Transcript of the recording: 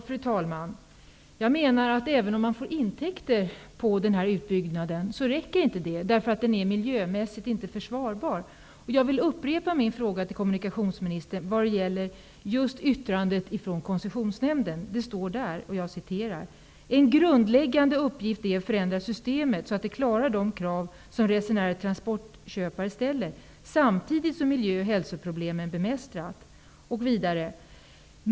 Fru talman! Jag menar att det inte räcker med att den här utbyggnaden ger intäkter. Den är miljömässigt inte försvarbar. Jag vill upprepa min fråga till kommunikationsministern vad gäller just yttrandet från Koncessionsnämnden. Där står: ''En grundläggande uppgift är att förändra systemet så att det klarar de krav som resenärer och transportköpare ställer, samtidigt som miljö och hälsoproblemen bemästras.